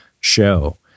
show